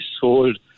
sold